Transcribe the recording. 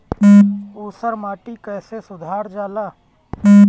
ऊसर माटी कईसे सुधार जाला?